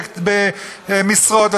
במשרות,